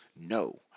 No